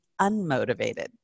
unmotivated